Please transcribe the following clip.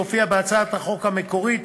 שהופיע בהצעת החוק המקורית,